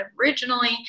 originally